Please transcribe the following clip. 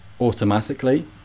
automatically